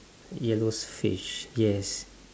yellow fish yes